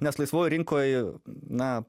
nes laisvoj rinkoj na